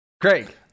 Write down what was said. Craig